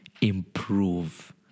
improve